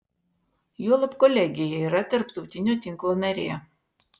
juolab kolegija yra tarptautinio tinklo narė